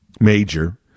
major